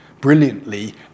brilliantly